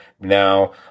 Now